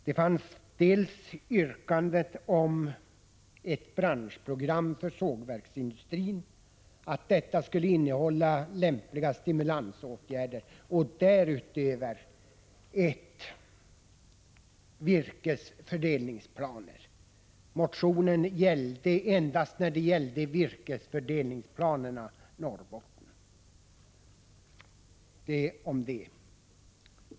Det första handlade om ett branschprogram för sågverksindustrin, det andra handlade om att detta program skulle innehålla förslag till lämpliga stimulansåtgärder och det tredje uttalade sig för en virkesfördelningsplan. Endast virkesfördelningsplanen gällde Norrbotten.